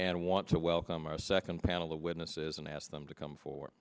and want to welcome our second panel of witnesses and ask them to come for